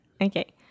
Okay